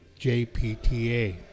JPTA